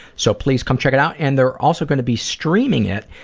so please come check it out. and they're also going to be streaming it,